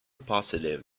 positive